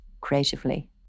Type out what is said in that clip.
creatively